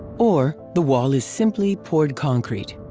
or the wall is simply poured concrete.